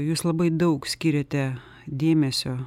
jūs labai daug skiriate dėmesio